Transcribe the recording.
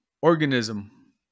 organism